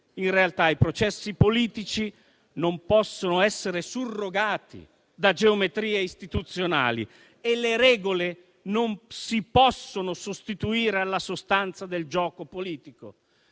In realtà, i processi politici non possono essere surrogati da geometrie istituzionali e le regole non si possono sostituire alla sostanza del gioco politico.